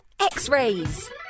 x-rays